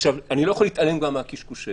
אני לא יכול להתעלם מה"קשקושיה".